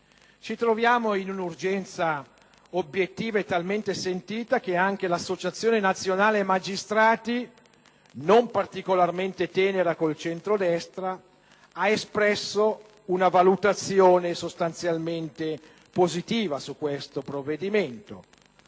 Ci troviamo in un'urgenza obiettiva e talmente sentita che anche l'Associazione nazionale magistrati, non particolarmente tenera con il centrodestra, ha espresso una valutazione sostanzialmente positiva su questo provvedimento,